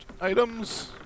items